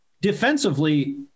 defensively